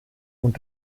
und